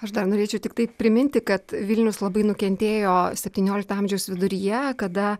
aš dar norėčiau tiktai priminti kad vilnius labai nukentėjo septyniolikto amžiaus viduryje kada